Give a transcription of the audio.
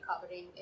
covering